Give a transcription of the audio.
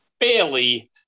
fairly